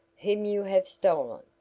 whom you have stolen.